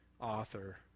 author